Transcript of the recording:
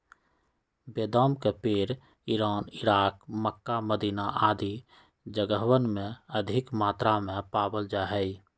बेदाम के पेड़ इरान, इराक, मक्का, मदीना आदि जगहवन में अधिक मात्रा में पावल जा हई